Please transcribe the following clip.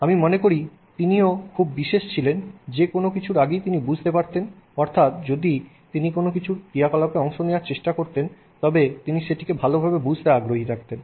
আমি মনে করি তিনিও খুব বিশেষ ছিলেন যে কোন কিছুর আগেই তিনি বুঝতে পারতেন অর্থাৎ যদি তিনি কোন কিছু ক্রিয়াকলাপে অংশ নেওয়ার চেষ্টা করতেন তবে তিনি সেটিকে ভালোভাবে বুঝতে আগ্রহী থাকতেন